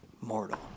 mortal